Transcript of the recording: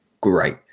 Great